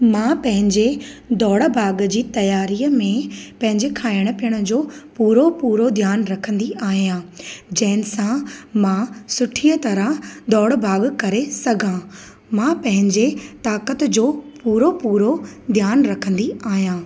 मां पंहिंजे दौड़ भाग जी तयारीअ में पंहिंजे खाइण पीअण जो पूरो पूरो ध्यानु रखंदी आहियां जंहिंसां मां सुठीअ तरह दौड़ भाग करे सघां मां पंहिंजे ताक़त जो पूरो पूरो ध्यानु रखंदी आहियां